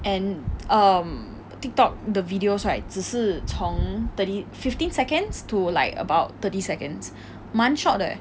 and um Tiktok 的 videos right 只是从 thirty fifteen seconds to like about thirty seconds 蛮 short 的 leh